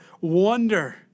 wonder